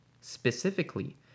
specifically